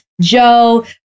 Joe